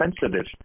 sensitive